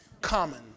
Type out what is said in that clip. common